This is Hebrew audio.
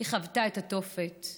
היא חוותה את התופת.